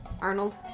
Arnold